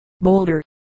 Boulder